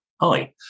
hi